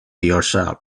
yourself